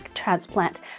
transplant